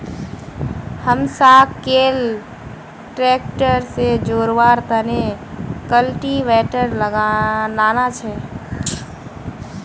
हमसाक कैल ट्रैक्टर से जोड़वार तने कल्टीवेटर लाना छे